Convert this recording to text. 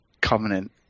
Covenant